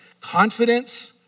confidence